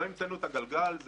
לא המצאנו את הגלגל,